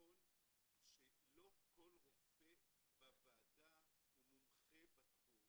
נכון שלא כל רופא בוועדה הוא מומחה בתחום